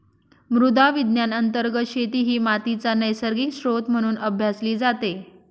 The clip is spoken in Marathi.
मृदा विज्ञान अंतर्गत शेती ही मातीचा नैसर्गिक स्त्रोत म्हणून अभ्यासली जाते